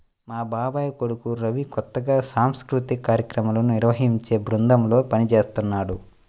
మా బాబాయ్ కొడుకు రవి కొత్తగా సాంస్కృతిక కార్యక్రమాలను నిర్వహించే బృందంలో పనిజేత్తన్నాడు